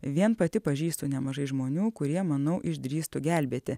vien pati pažįstu nemažai žmonių kurie manau išdrįstų gelbėti